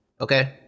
okay